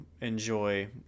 enjoy